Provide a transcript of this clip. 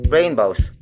Rainbows